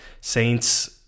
Saints